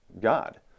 god